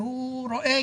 והוא רואה